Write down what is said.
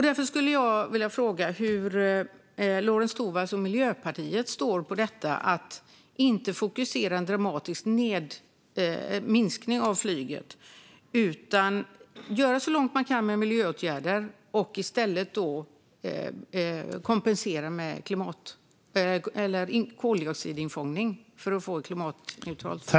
Därför vill jag fråga: Hur ser Lorentz Tovatt och Miljöpartiet på att inte fokusera på en dramatisk minskning av flyget utan i stället göra så mycket det går med miljöåtgärder och kompensera med koldioxidinfångning för att få ett klimatneutralt flyg?